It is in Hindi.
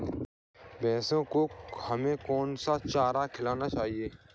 भैंसों को हमें कौन सा चारा खिलाना चाहिए?